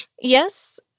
Yes